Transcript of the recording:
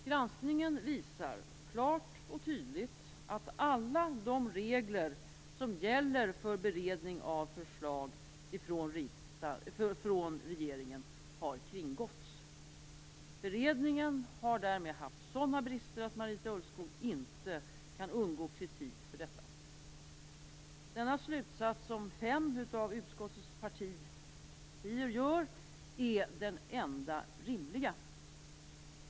Granskningen visar klart och tydligt att alla de regler som gäller för beredning av förslag från regeringen har kringgåtts. Beredningen har därmed haft sådana brister att Marita Ulvskog inte kan undgå kritik för den. Denna slutsats, som fem av utskottets partier drar, är den enda rimliga.